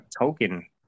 token